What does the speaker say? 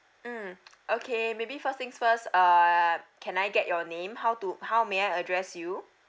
mm okay maybe first things first uh can I get your name how to how may I address you